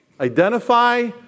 Identify